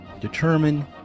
determine